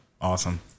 Awesome